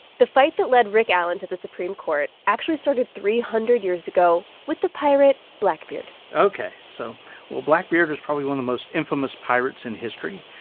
the fight that led rick allen to the supreme court actually started three hundred years ago with the pirate blackbeard ok, so well, blackbeard was probably one of the most infamous pirates in history.